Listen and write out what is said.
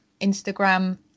instagram